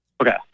Okay